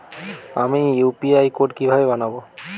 আমি UPI code কিভাবে বানাব?